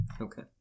Okay